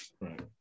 Right